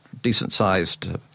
decent-sized